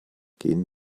gehen